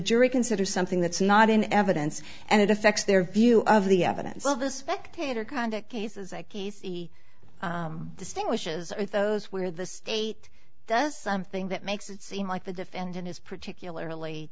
jury consider something that's not in evidence and it affects their view of the evidence of the spectator conduct cases a case distinguishes those where the state does something that makes it seem like the defendant is particularly